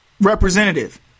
representative